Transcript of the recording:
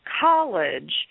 college